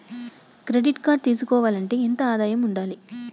Credit card తీసుకోవాలంటే ఎంత ఆదాయం ఉండాలే?